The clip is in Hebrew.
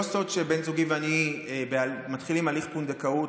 לא סוד שבן זוגי ואני מתחילים הליך פונדקאות.